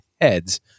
heads